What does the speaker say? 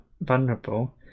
vulnerable